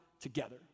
together